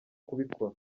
kubikora